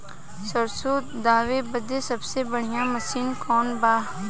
सरसों दावे बदे सबसे बढ़ियां मसिन कवन बा?